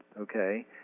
Okay